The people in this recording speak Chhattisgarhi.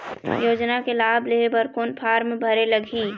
योजना के लाभ लेहे बर कोन फार्म भरे लगही?